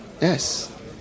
Yes